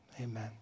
amen